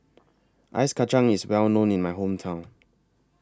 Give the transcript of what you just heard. Ice Kacang IS Well known in My Hometown